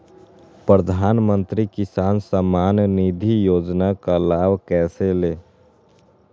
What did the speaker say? प्रधानमंत्री किसान समान निधि योजना का लाभ कैसे ले?